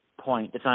point